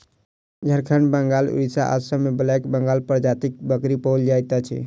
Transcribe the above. झारखंड, बंगाल, उड़िसा, आसाम मे ब्लैक बंगाल प्रजातिक बकरी पाओल जाइत अछि